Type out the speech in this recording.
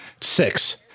Six